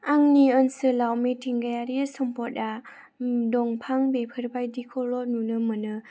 आंनि ओनसोलाव मिथिंगायारि सम्पदआ दंफां बेफोरबायदिखौल' नुनो मोनो